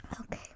Okay